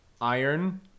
Iron